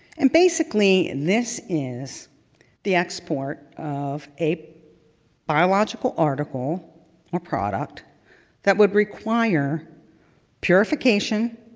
and basically, this is the export of a biological article or product that would require purification,